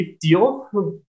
deal